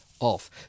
off